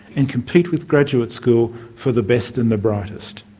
and compete with graduate schools for the best and the brightest.